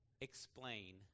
explain